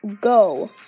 go